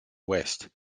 west